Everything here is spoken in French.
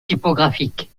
typographique